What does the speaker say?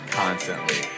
constantly